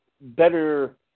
better